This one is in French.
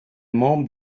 membre